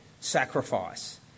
sacrifice